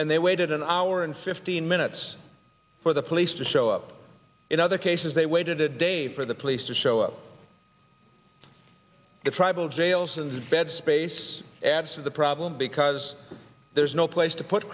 and they waited an hour and fifteen minutes for the police to show up in other cases they waited a day for the police to show up at tribal jails and bed space adds to the problem because there's no place to put